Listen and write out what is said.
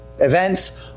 events